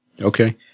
Okay